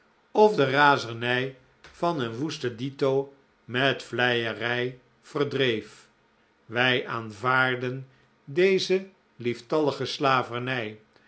of de razernij van een woesten dito met vleierij verdreef wij aanvaarden deze lieftallige slavernij